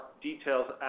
details